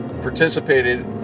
participated